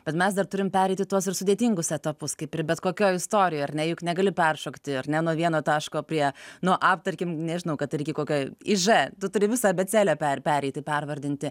bet mes dar turim pereiti tuos ir sudėtingus etapus kaip ir bet kokioj istorijoj ar ne juk negali peršokti ar ne nuo vieno taško prie nuo a trakim nežinau kad ir iki kokio į ž tu turi visą abėcėlę pereiti pervardinti